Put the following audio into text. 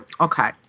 Okay